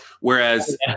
Whereas